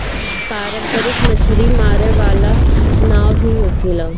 पारंपरिक मछरी मारे वाला नाव भी होखेला